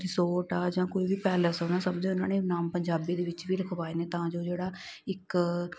resort ਆ ਜਾਂ ਕੋਈ ਵੀ ਪੈਲਸ ਹੋਣਾ ਸਮਝੋ ਉਹਨਾਂ ਨੇ ਨਾਮ ਪੰਜਾਬੀ ਦੇ ਵਿੱਚ ਵੀ ਲਿਖਵਾਏ ਨੇ ਤਾਂ ਜੋ ਜਿਹੜਾ ਇੱਕ